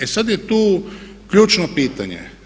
E sad je tu ključno pitanje.